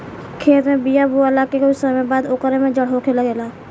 खेत में बिया बोआला के कुछ समय बाद ओकर में जड़ होखे लागेला